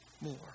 more